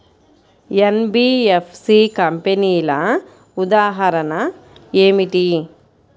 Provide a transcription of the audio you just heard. NBFC కంపెనీల ఉదాహరణ ఏమిటి?